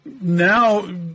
Now